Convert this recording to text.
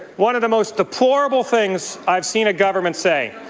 one of the most deplorable things i've seen a government say.